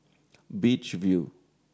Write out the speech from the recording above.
Beach View